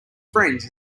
friends